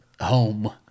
home